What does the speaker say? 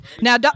Now